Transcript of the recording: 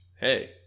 hey